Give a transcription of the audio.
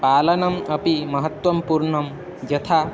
पालनम् अपि महत्वपूर्णं यथा